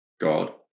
god